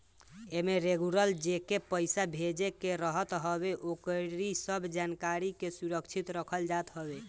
एमे रेगुलर जेके पईसा भेजे के रहत हवे ओकरी सब जानकारी के सुरक्षित रखल जात हवे